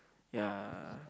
ya